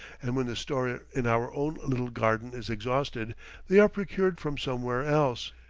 and when the store in our own little garden is exhausted they are procured from somewhere else.